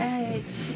edge